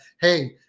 Hey